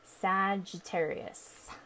Sagittarius